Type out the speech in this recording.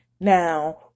Now